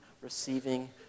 receiving